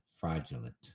fraudulent